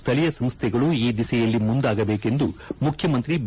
ಸ್ಥಳೀಯ ಸಂಸ್ಥೆಗಳು ಈ ದಿಸೆಯಲ್ಲಿ ಮುಂದಾಗಬೇಕೆಂದು ಮುಖ್ಯಮಂತ್ರಿ ಬಿ